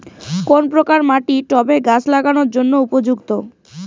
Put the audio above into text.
কোন প্রকার মাটি টবে গাছ লাগানোর জন্য উপযুক্ত?